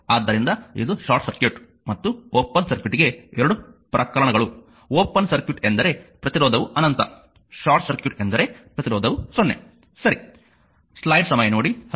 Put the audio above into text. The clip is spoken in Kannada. ಆದ್ದರಿಂದ ಇದು ಶಾರ್ಟ್ ಸರ್ಕ್ಯೂಟ್ ಮತ್ತು ಓಪನ್ ಸರ್ಕ್ಯೂಟ್ಗೆ 2 ಪ್ರಕರಣಗಳು ಓಪನ್ ಸರ್ಕ್ಯೂಟ್ ಎಂದರೆ ಪ್ರತಿರೋಧವು ಅನಂತ ಶಾರ್ಟ್ ಸರ್ಕ್ಯೂಟ್ ಎಂದರೆ ಪ್ರತಿರೋಧವು 0 ಸರಿ